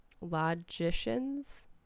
logicians